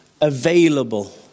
available